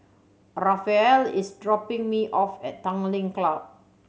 Raphael is dropping me off at Tanglin Club